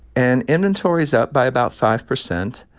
and inventory is up by about five percent,